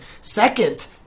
second